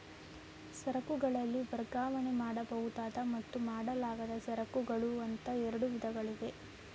ಸರಕುಗಳಲ್ಲಿ ವರ್ಗಾವಣೆ ಮಾಡಬಹುದಾದ ಮತ್ತು ಮಾಡಲಾಗದ ಸರಕುಗಳು ಅಂತ ಎರಡು ವಿಧಗಳಿವೆ